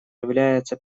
является